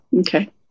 Okay